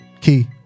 key